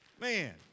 Man